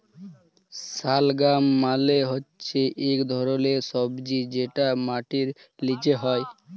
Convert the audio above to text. শালগাম মালে হচ্যে ইক ধরলের সবজি যেটা মাটির লিচে হ্যয়